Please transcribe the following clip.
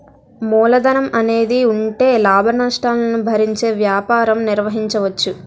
మూలధనం అనేది ఉంటే లాభనష్టాలను భరించే వ్యాపారం నిర్వహించవచ్చు